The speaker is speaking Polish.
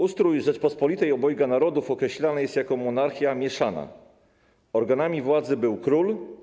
Ustrój Rzeczypospolitej Obojga Narodów określany jest jako monarchia mieszana: organami władzy były król,